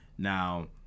now